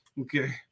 Okay